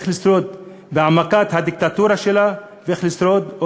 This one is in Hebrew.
איך לשרוד בהעמקת הדיקטטורה שלה ואיך לשרוד,